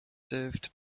served